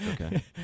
Okay